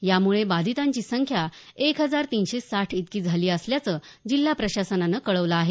यामुळे बाधितांची संख्या एक हजार तीनशे साठ इतकी झाली असल्याचं जिल्हा प्रशासनानं कळवलं आहे